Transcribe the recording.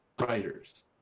writers